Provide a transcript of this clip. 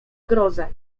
grozę